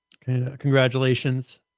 Congratulations